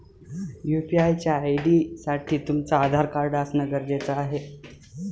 UPI च्या ID साठी तुमचं आधार कार्ड असण गरजेच आहे